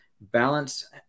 balance